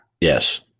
Yes